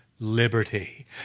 liberty